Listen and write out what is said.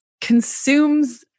consumes